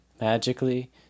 magically